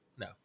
no